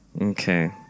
Okay